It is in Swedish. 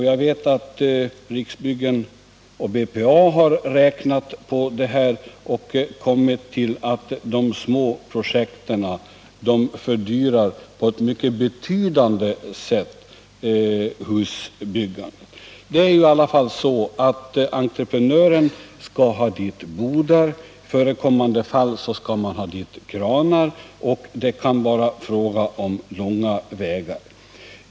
Jag vet att Riksbyggen och BPA har räknat på detta och kommit fram till att de små projekten på ett mycket betydande sätt fördyrar husbyggandet. Entreprenören skall ju i alla fall ta dit bodar och i förekommande fall kranar, och det kan vara fråga om långa vägar.